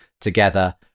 together